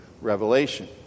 revelation